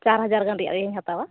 ᱪᱟᱨ ᱦᱟᱡᱟᱨ ᱜᱟᱱ ᱨᱮᱭᱟᱜ ᱤᱧ ᱦᱟᱛᱟᱣᱟ